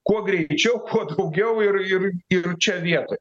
kuo greičiau kuo daugiau ir ir ir čia vietoj